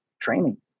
training